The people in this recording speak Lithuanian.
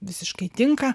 visiškai tinka